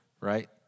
right